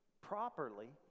properly